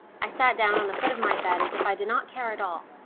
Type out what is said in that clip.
i sat down on the foot of my bed as if i did not care at all,